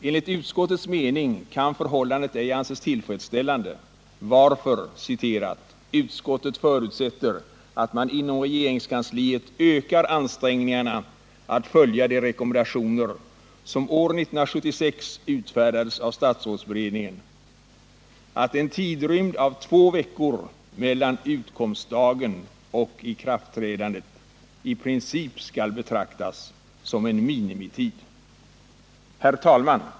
Enligt utskottets mening kan förhållandet ej anses tillfredsställande, varför utskottet ”förutsätter, att man inom regeringskansliet ökar ansträngningarna att följa de rekommendationer som år 1976 utfärdades av statsrådsberedningen, att en tidrymd av 2 veckor mellan utkomstdagen och ikraftträdandet i princip skall betraktas som en minimitid”. Herr talman!